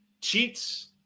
cheats